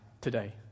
today